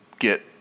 Get